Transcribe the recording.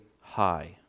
high